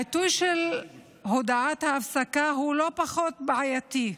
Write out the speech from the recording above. העיתוי של הודעת ההפסקה הוא לא פחות בעייתי.